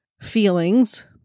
feelings